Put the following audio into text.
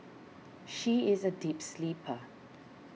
she is a deep sleeper